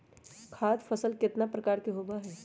खाद्य फसल कितना प्रकार के होबा हई?